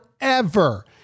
forever